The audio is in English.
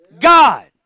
God